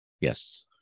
yes